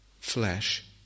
flesh